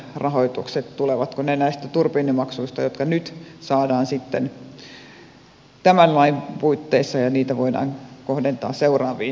tulevatko ne näistä turbiinimaksuista jotka nyt saadaan sitten tämän lain puitteissa ja voidaanko niitä kohdentaa seuraaviin